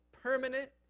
permanent